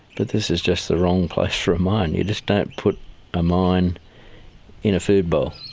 but this is just the wrong place for a mine, you just don't put a mine in a food bowl.